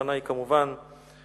הכוונה היא כמובן ליוספוס,